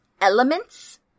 elements